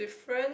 friend